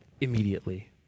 immediately